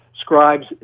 scribes